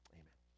amen